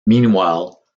meanwhile